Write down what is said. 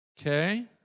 okay